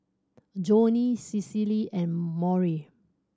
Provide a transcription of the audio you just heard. Joni Cicely and Maury